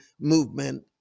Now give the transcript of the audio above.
movement